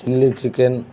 chilly chicken